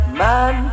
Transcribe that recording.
man